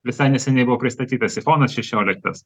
visai neseniai buvo pristatytas aifonas šešioliktas